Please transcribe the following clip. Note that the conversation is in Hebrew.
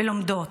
ולומדות,